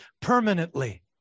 permanently